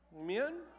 Amen